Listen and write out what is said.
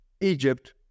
Egypt